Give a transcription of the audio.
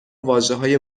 واژههای